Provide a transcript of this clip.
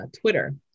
Twitter